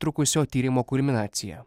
trukusio tyrimo kulminacija